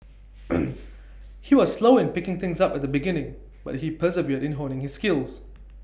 he was slow in picking things up at the beginning but he persevered in honing his skills